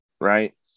right